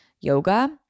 yoga